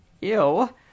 Ew